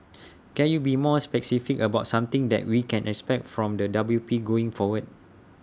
can you be more specific about something that we can expect from the W P going forward